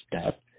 step